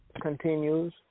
Continues